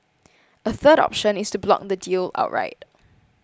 a third option is to block the deal outright